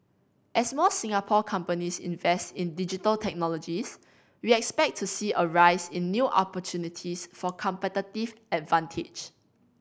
as more Singapore companies invest in Digital Technologies we expect to see a rise in new opportunities for competitive advantage